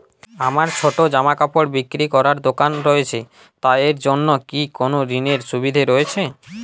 আমার ছোটো জামাকাপড় বিক্রি করার দোকান রয়েছে তা এর জন্য কি কোনো ঋণের সুবিধে রয়েছে?